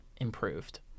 improved